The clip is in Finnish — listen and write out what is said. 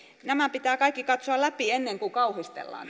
nämä pitää kaikki katsoa läpi ennen kuin kauhistellaan